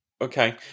okay